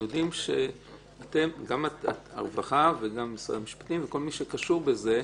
יודעים שגם הרווחה וגם משרד המשפטים וכל מי שקשור בזה,